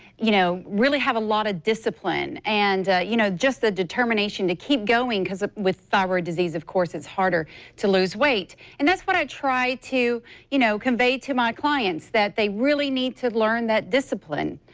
you know, really have a lot of discipline. and you know, just the determination to keep going, because with thyroid disease of course it's harder to lose weight. and that's why i try to you know convey to my clients that they really need to learn that discipline.